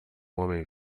homem